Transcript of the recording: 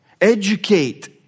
educate